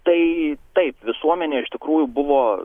tai taip visuomenė iš tikrųjų buvo